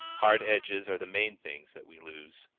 hard edges are the main things that we lose.